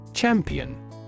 Champion